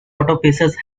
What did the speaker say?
autopsies